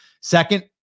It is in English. Second